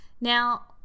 Now